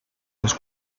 les